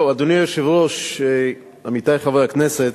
אדוני היושב-ראש, עמיתי חברי הכנסת,